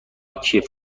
کیف